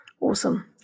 Awesome